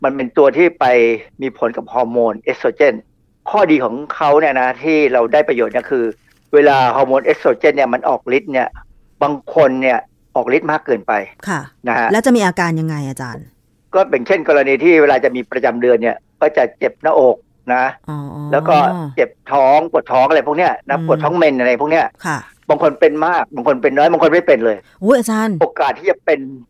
มันเป็นตัวที่ไปมีผลกับฮอร์โมนเอสโตรเจน ข้อดีของเขาเนี่ยนะ นะ ที่เราได้ประโยชน์นะ คือเวลาฮอร์โมนเอสโตรเจนเนี่ยมันออกฤทธิ์เนี่ย บางคนเนี่ยออกฤทธิ์มากเกินไปค่ะนะฮะแล้วจะมีอาการยังไงอาจารย์?ก็เป็นเช่นกรณีที่เวลาจะมีประจำเดือนเนี่ยก็จะเจ็บหน้าอกนะอ๋อแล้วก็เจ็บท้องปวดท้องอะไรพวกเนี่ยนะอืมปวดท้องเมนอะไรพวกเนี่ยค่ะบางคนเป็นมาก บางคนเป็นน้อย บางคนไม่เป็นเลยอุ๊ยอาจารย์โอกาสที่จะเป็น